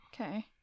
Okay